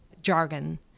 jargon